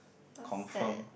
confirm